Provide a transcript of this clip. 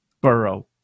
Burrow